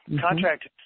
Contract